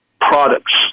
products